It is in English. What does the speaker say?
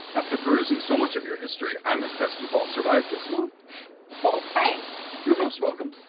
after perusing so much of your history, i'm impressed you've all survived this long well, thanks you're most welcome.